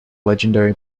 legendary